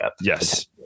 Yes